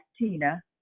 Tina